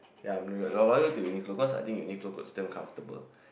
ya I'm loyal to Uniqlo cause I think Uniqlo clothes damn comfortable